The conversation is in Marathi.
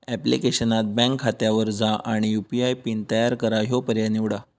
ऍप्लिकेशनात बँक खात्यावर जा आणि यू.पी.आय पिन तयार करा ह्यो पर्याय निवडा